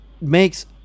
makes